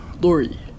Lori